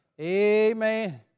Amen